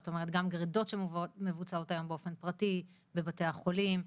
זאת אומרת גם גרידות שמבוצעות היום באופן פרטי בבתי החולים,